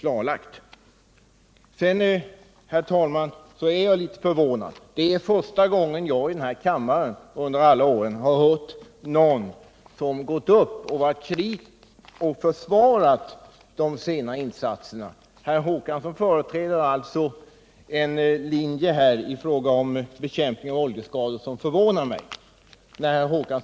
Det är vidare, herr talman, första gången jag under mina år i denna kammare hört någon som försvarat de sena insatserna i detta sammanhang. Herr Håkansson företräder en linje i fråga om bekämpning av oljeskador som 183 förvånar mig.